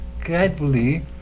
gradually